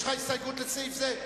יש לך הסתייגות לסעיף זה?